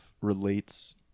relates